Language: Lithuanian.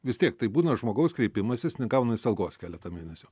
vis tiek tai būna žmogaus kreipimasis negauna jis algos keletą mėnesių